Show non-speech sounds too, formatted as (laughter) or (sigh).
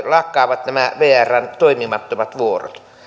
(unintelligible) lakkaavat nämä vrn toimimattomat vuorot